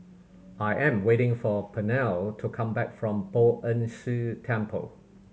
I am waiting for Pernell to come back from Poh Ern Shih Temple